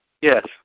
Yes